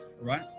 right